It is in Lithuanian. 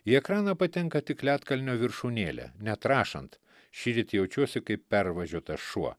į ekraną patenka tik ledkalnio viršūnėlė net rašant šįryt jaučiuosi kaip pervažiuotas šuo